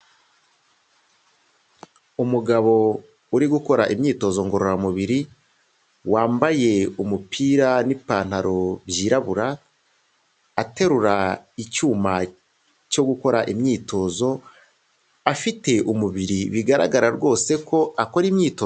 Umugabo uri gukora imyitozo ngororamubiri wambaye umupira n'ipantaro byirabura, aterura icyuma cyo gukora imyitozo, afite umubiri bigaragara rwose ko akora imyitozo.